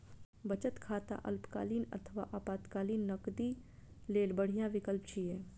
बचत खाता अल्पकालीन अथवा आपातकालीन नकदी लेल बढ़िया विकल्प छियै